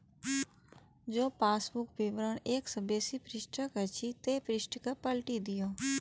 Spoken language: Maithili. जौं पासबुक विवरण एक सं बेसी पृष्ठक अछि, ते पृष्ठ कें पलटि दियौ